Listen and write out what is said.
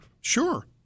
Sure